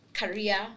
career